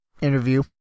interview